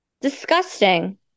Disgusting